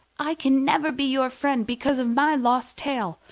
i can never be your friend because of my lost tail,